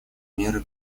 меры